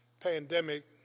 pandemic